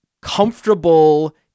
comfortable